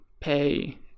pay